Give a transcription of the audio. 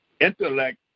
intellect